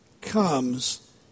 comes